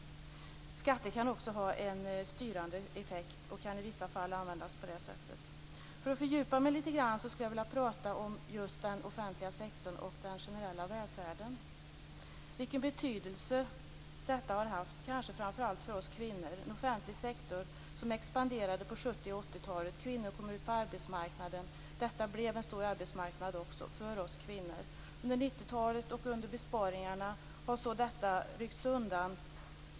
Skatter kan i vissa fall också ha en styrande effekt. För att fördjupa mig lite grann skulle jag vilja prata om den offentliga sektorn och den generella välfärden och den betydelse som de har haft, kanske framför allt för oss kvinnor. Vi hade på 70 och 80-talet en offentlig sektor som expanderade. Kvinnor kom ut på arbetsmarknaden, och detta blev till en stor arbetsmarknad också för oss kvinnor. Under 90-talets besparingar har detta ryckts undan.